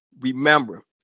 remember